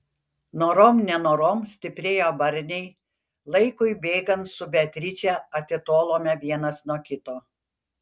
norom nenorom stiprėjo barniai laikui bėgant su beatriče atitolome vienas nuo kito